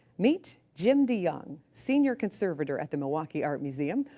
meet jim deyoung, senior conservator at the milwaukee art museum.